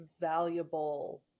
valuable